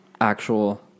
actual